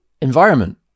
environment